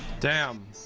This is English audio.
damn